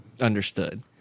Understood